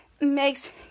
makes